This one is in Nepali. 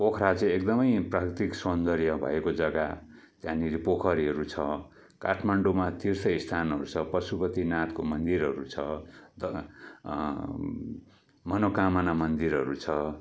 पोखरा चाहिँ एकदमै प्राकृतिक सौन्दर्य भएको जग्गा त्यहाँनिर पोखरीहरू छ काठमाडौँमा तीर्थ स्थानहरू छ पशुपतिनाथको मन्दिरहरू छ त मनोकामना मन्दिरहरू छ